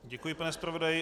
Děkuji, pane zpravodaji.